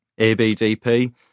ABDP